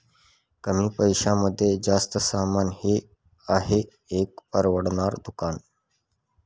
कमी पैशांमध्ये जास्त सामान हे आहे एक परवडणार दुकान